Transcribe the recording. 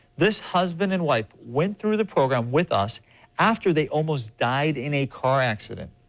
this husband and wife went through the program with us after they almost died in a car accident.